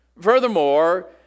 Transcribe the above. Furthermore